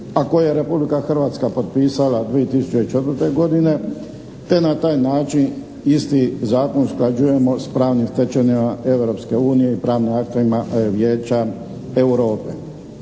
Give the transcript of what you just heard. koju je Republika Hrvatska potpisala 2004. godine te na taj način isti Zakon usklađujemo s pravnim stečevinama Europske unije i pravnim aktima Vijeća Europe.